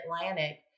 Atlantic